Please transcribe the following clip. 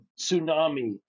tsunami